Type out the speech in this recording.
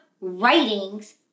writings